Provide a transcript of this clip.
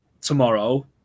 tomorrow